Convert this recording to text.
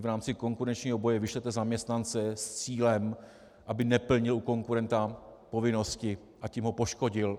V rámci konkurenčního boje vyšle zaměstnance s cílem, aby neplnil u konkurenta povinnosti, a tím ho poškodil.